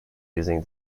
using